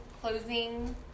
closing